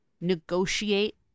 negotiate